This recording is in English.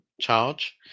charge